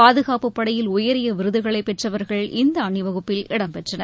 பாதுகாப்புப்படையில் உயரிய விருதுகளை பெற்றவர்கள் இந்த அணிவகுப்பில் இடம்பெற்றனர்